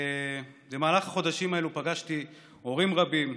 במהלך החודשים האלה פגשתי הורים רבים,